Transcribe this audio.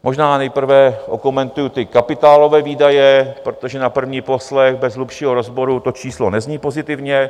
Možná nejprve okomentuji ty kapitálové výdaje, protože na první poslech bez hlubšího rozboru to číslo nezní pozitivně.